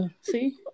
see